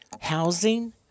housing